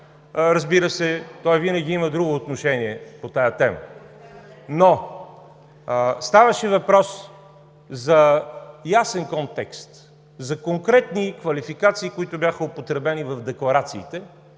разбира се, той винаги има друго отношение по тази тема. Ставаше въпрос обаче за ясен контекст, за конкретни квалификации, които бяха употребени в декларациите,